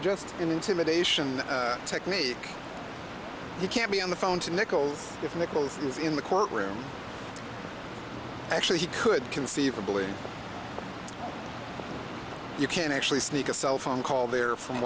just an intimidation technique you can't be on the phone to nichols if nichols is in the courtroom actually he could conceivably you can actually sneak a cell phone call there from